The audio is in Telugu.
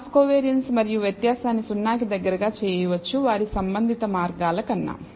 క్రాస్ కోవియారిన్స్ మరియు వ్యత్యాసాన్ని 0 కి దగ్గరగా చేయవచ్చువారి సంబంధిత మార్గాల కన్నా